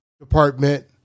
department